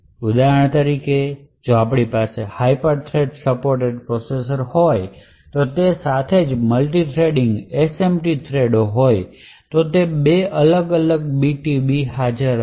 ઉદાહરણ તરીકે જો આપની પાસે હાઇપરથ્રેડ સપોર્ટેડ પ્રોસેસર હોય તે સાથે જ મલ્ટિથિરીંગ SMT થ્રેડો હોય તો તે બે અલગ અલગ BTB હાજર હોય